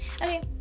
Okay